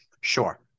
sure